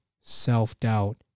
self-doubt